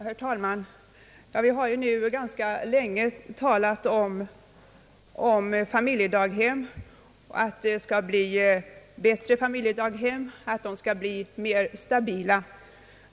Herr talman! Vi har nu ganska länge talat om familjedaghem, att de skall bli bättre och mer stabila.